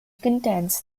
contends